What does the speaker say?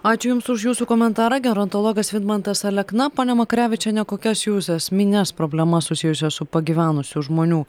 ačiū jums už jūsų komentarą gerontologas vidmantas alekna ponia makarevičiene kokias jūs esmines problemas susijusias su pagyvenusių žmonių